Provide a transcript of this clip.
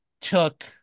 Took